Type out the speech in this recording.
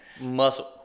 muscle